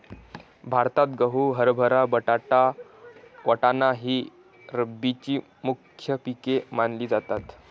भारतात गहू, हरभरा, बटाटा, वाटाणा ही रब्बीची मुख्य पिके मानली जातात